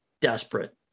desperate